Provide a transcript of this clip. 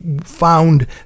found